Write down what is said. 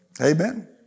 Amen